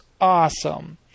awesome